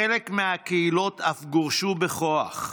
חלק מהקהילות אף גורשו בכוח.